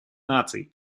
наций